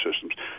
systems